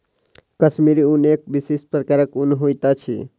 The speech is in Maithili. कश्मीरी ऊन एक विशिष्ट प्रकारक ऊन होइत अछि